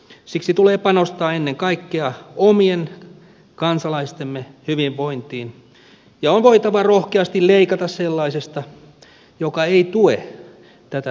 siksi tulee panostaa ennen kaikkea omien kansalaistemme hyvinvointiin ja on voitava rohkeasti leikata sellaisesta joka ei tue tätä tavoitetta